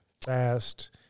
fast